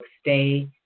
Stay